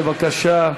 בבקשה,